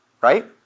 Right